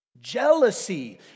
Jealousy